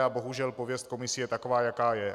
A bohužel pověst komisí je taková, jaká je.